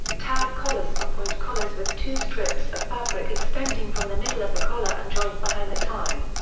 tab collars are point collars with two strips of fabric extending from the middle of the collar and joined behind the tie.